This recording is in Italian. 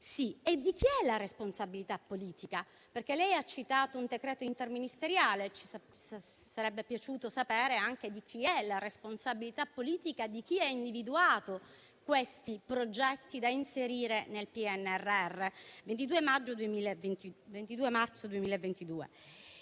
sa). E di chi è la responsabilità politica? Lei ha citato un decreto interministeriale; ci sarebbe piaciuto sapere anche di chi è la responsabilità politica e chi è che ha individuato i progetti da inserire nel PNRR (decreto